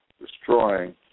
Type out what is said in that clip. destroying